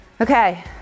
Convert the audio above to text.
Okay